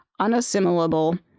unassimilable